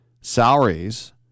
salaries